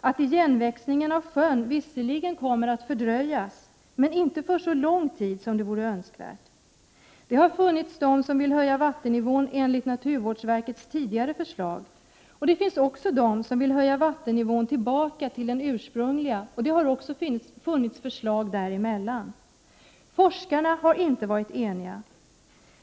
att igenväxningen av sjön visserligen kommer att fördröjas men inte för så lång tid som det vore önskvärt. Det har funnits de som vill höja vattennivån enligt naturvårdsverkets tidigare förslag. Men det finns också de som vill höja vattennivån, så att denna motsvarar den ursprungliga nivån. Dessutom har det funnits förslag som ligger någonstans mellan nämnda förslag. Forskarna har inte varit eniga.